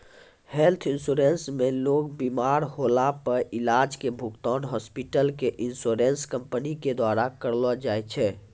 health insurance मे लोग बिमार होला पर इलाज के भुगतान हॉस्पिटल क इन्शुरन्स कम्पनी के द्वारा करलौ जाय छै